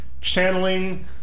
channeling